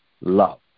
love